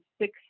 six